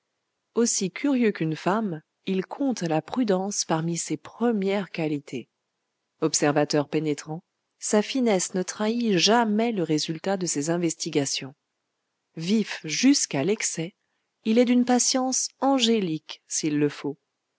aussi curieux qu'une femme il compte la prudence parmi ses premières qualités observateur pénétrant sa finesse ne trahit jamais le résultat de ses investigations vif jusqu'à l'excès il est d'une patience angélique s'il le faut